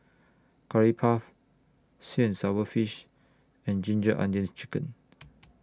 Curry Puff Sweet and Sour Fish and Ginger Onions Chicken